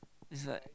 it's like